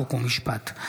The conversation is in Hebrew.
חוק ומשפט.